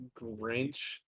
Grinch